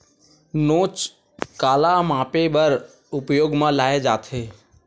नोच काला मापे बर उपयोग म लाये जाथे?